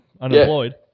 unemployed